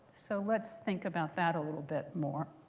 so let's think about that a little bit more.